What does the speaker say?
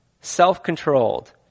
self-controlled